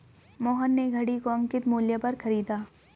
मोहन ने घड़ी को अंकित मूल्य पर खरीदा